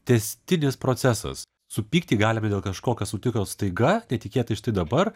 tęstinis procesas supykti galime dėl kažko kas nutiko staiga netikėtai štai dabar